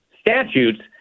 statutes